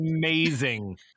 amazing